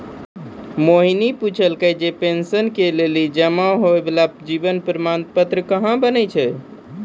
मोहिनी पुछलकै जे पेंशन के लेली जमा होय बाला जीवन प्रमाण पत्र कहाँ बनै छै?